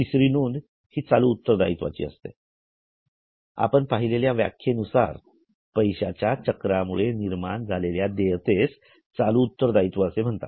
तिसरी नोंद हि चालू उत्तरदायित्वाची असते आपण पाहिलेल्या व्याख्येनुसार पैश्याच्या चक्रामुळे निर्माण झालेल्या देयतेस चालू उत्तरदायित्व असे म्हणतात